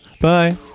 Bye